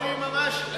ממש,